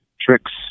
tricks